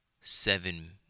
seven